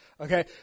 okay